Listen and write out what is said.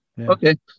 Okay